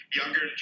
younger